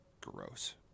Gross